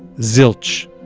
zilch.